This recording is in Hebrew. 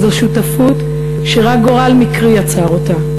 זו שותפות שרק גורל מקרי יצר אותה.